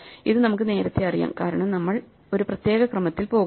ഇത് നമുക്ക് നേരത്തെ അറിയാം കാരണം നമ്മൾ ഈ പ്രത്യേക ക്രമത്തിൽ പോകുന്നു